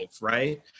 right